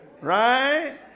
Right